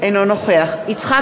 אינו נוכח יצחק